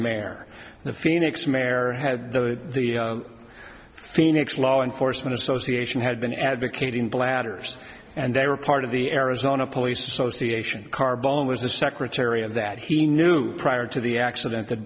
mayor the phoenix mayor had the phoenix law enforcement association had been advocating bladders and they were part of the arizona police association carbone was the secretary of that he knew prior to the accident that